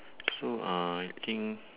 so uh I think